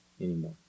anymore